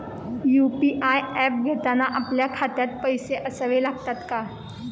UPI app घेताना आपल्या खात्यात पैसे असावे लागतात का?